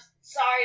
sorry